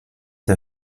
der